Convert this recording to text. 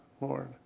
Lord